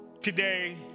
today